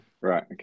right